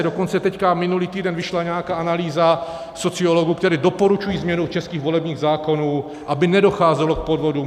Dokonce teď minulý týden vyšla nějaká analýza sociologů, kteří doporučují změnu českých volebních zákonů, aby nedocházelo k podvodům.